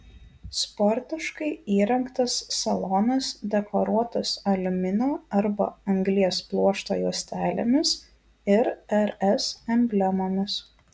sportiškai įrengtas salonas dekoruotas aliuminio arba anglies pluošto juostelėmis ir rs emblemomis